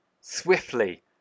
swiftly